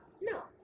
no